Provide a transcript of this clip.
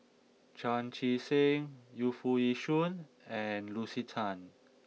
Chan Chee Seng Yu Foo Yee Shoon and Lucy Tan